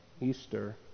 Easter